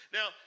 Now